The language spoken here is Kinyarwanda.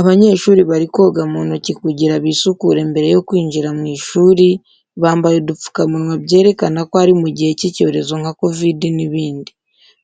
Abanyeshuri bari koga mu ntoki kugira bisukure mbere yo kwinjira mu shuri, bambaye udupfukamunwa byerekana ko ari mu gihe cy'icyorezo nka kovidi n'ibindi.